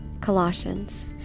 Colossians